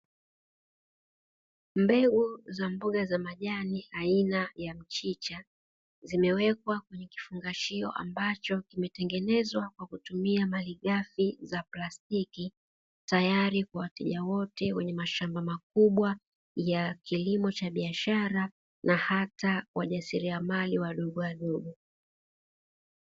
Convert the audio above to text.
Mbegu za mboga za majani aina ya mchicha zimewekwa kwenye kifungashio ambacho kimetengenezwa kwa kutumia malighafi za plastiki, tayari kwa wateja wote wenye mashamba makubwa ya kilimo cha biashara na hata wajasiriamali wadogowadogo.